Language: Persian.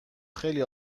خیلی